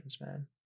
man